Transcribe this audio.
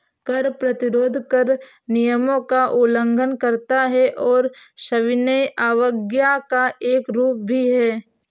कर प्रतिरोध कर नियमों का उल्लंघन करता है और सविनय अवज्ञा का एक रूप भी है